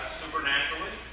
supernaturally